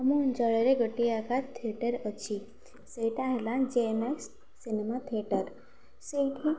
ଆମ ଅଞ୍ଚଳରେ ଗୋଟିଏ ଆକା ଥିଏଟର୍ ଅଛି ସେଇଟା ହେଲା ଜେ ଏନ୍ ଏକ୍ସ ସିନେମା ଥିଏଟର୍ ସେଇଠି